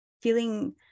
feeling